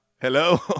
Hello